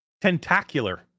Tentacular